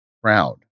proud